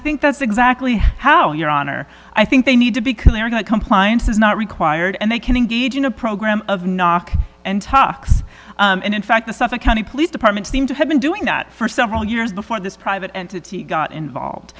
think that's exactly how your honor i think they need to because they're going to compliance is not required and they can engage in a program of knock and talks and in fact the suffolk county police department seem to have been doing that for several years before this private entity got involved